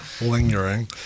Lingering